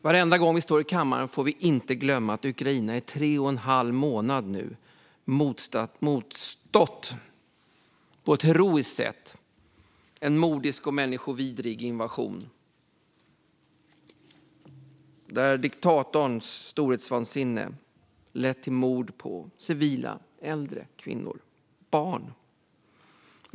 Vi får aldrig glömma att Ukraina i tre och en halv månad på ett heroiskt sätt motstått en mordisk och människovidrig invasion där diktatorns storhetsvansinne lett till mord på civila äldre, kvinnor och barn.